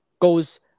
goes